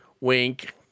Wink